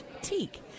Teak